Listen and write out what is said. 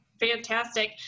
fantastic